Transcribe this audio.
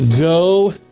go